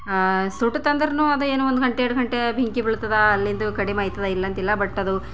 ಸುಟ್ಟತ್ತಂದ್ರೆನೂ ಅದು ಏನೊ ಒಂದು ಗಂಟೆ ಎರ್ಡ್ ಗಂಟೆ ಬೆಂಕಿ ಬೀಳ್ತದ ಅಲ್ಲಿಂದ ಕಡಿಮೆ ಆಯ್ತದ ಇಲ್ಲ ಅಂತಿಲ್ಲ ಬಟ್ ಅದು